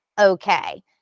okay